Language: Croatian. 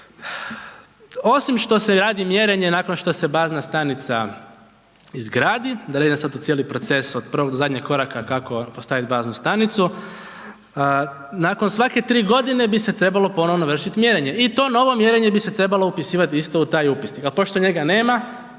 Osim što se radi mjerenje nakon što se bazna stanica izgradi, da ne idem sad u cijeli proces od prvog do zadnjeg koraka kako postaviti baznu stanicu, nakon svake 3 godine bi se trebalo ponovno vršiti mjerenje i to novo mjerenje bi se trebalo upisivati u taj upisnik, ali pošto njega nema